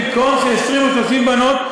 במקום ש-20 או 30 בנות,